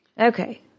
Okay